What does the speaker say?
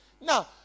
Now